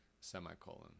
semicolon